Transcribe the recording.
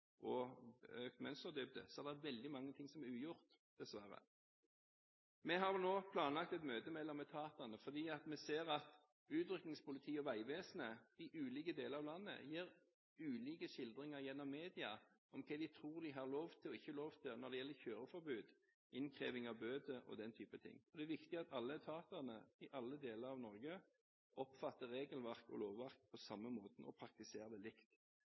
og økt mønsterdybde – er det veldig mange ting som er ugjort, dessverre. Vi har nå planlagt et møte mellom etatene, for vi ser at Utrykningspolitiet og Vegvesenet i ulike deler av landet gir ulike skildringer gjennom media av hva de tror de har lov til og ikke har lov til når det gjelder kjøreforbud, innkreving av bøter og den typen ting. Det er viktig at alle etatene i alle deler av Norge oppfatter regelverk og lovverk på samme måte og praktiserer det likt.